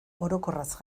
orokorraz